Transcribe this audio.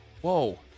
Whoa